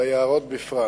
אז בסדר.